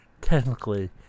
technically